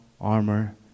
armor